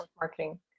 marketing